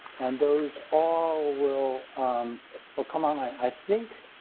and those all will um will come on. i think.